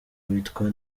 witwa